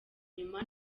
inyuma